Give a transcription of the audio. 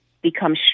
become